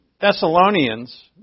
Thessalonians